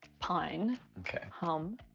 pine. okay. hum,